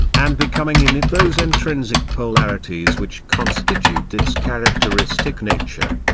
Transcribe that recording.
and becoming in it those intrinsic polarities which constitute its characteristic nature.